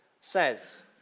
says